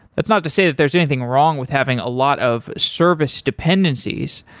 it's not to say that there's anything wrong with having a lot of service dependencies,